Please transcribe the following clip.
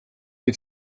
die